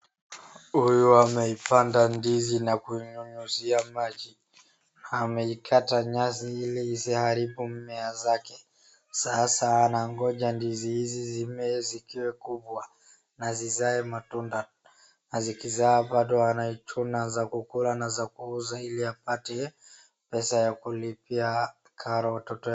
Huyu ameipanda ndizi na kuinyunyuzia maji. Ameikata nyasi ili isiharibu mimea zake. Sasa anangoja ndizi hizi zimee zikiwe kubwa, na zizae matunda. Na zikizaa bado anazichuna za kukula na za kuuza ili apate pesa ya kulipia karo watoto ya...